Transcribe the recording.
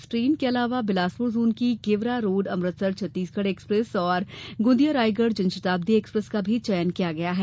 इस ट्रेन के अलावा बिलासप्र जोन की गेवरा रोड अमृतसर छत्तीसगढ़ एक्सप्रेस और गोदिया रायगढ़ जनशताब्दी एक्सप्रेस का भी चयन किया गया है